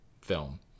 film